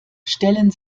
stellen